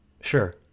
Sure